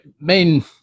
main